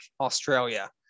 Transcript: Australia